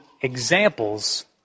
examples